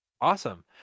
Awesome